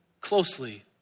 closely